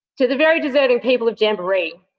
to the very deserving people of jamboree,